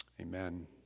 Amen